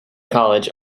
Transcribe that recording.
college